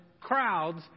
crowds